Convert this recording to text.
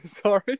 Sorry